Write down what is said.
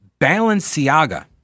Balenciaga